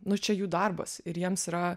nu čia jų darbas ir jiems yra